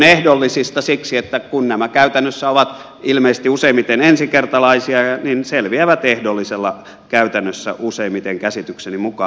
siksi että kun nämä käytännössä ovat ilmeisesti useimmiten ensikertalaisia niin selviävät ehdollisella käytännössä useimmiten käsitykseni mukaan